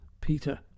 Peter